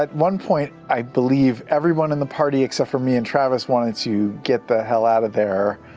like one point, i believe everyone in the party except for me and travis wanted to get the hell out of there,